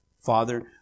Father